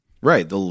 Right